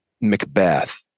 Macbeth